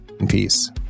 peace